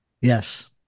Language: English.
Yes